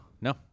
No